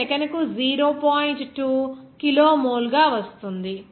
2 కిలోమోల్గా వస్తుంది